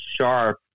sharp